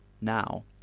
now